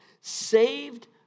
saved